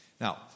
Now